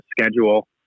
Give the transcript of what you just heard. schedule